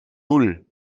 null